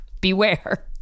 beware